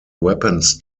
weapons